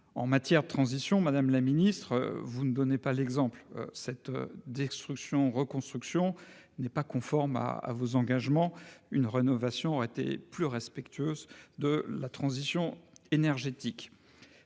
En matière de transition énergétique, madame la ministre, vous ne donnez pas l'exemple ! Cette destruction-reconstruction n'est pas conforme à vos engagements ; une rénovation aurait été plus respectueuse à cet égard.